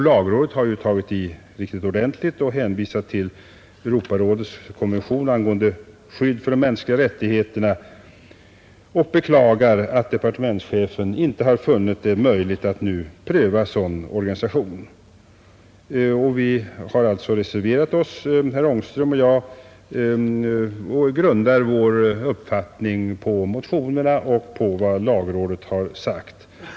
Lagrådet har tagit i riktigt ordentligt och hänvisar till Europarådets konvention angående skydd för de mänskliga rättigheterna och beklagar att departementschefen inte funnit det möjligt att nu pröva sådan organisation. Herr Ångström och jag har reserverat oss och grundar vår uppfattning på motionerna och på vad lagrådet har sagt.